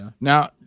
Now